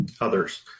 others